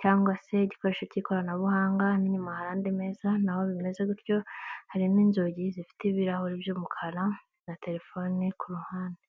cyangwa se igikoresho cy'ikoranabuhanga n'inyuma hari andi meza, naho bimeze bityo, hari n'inzugi zifite ibirahuri by'umukara na telefone ku ruhande.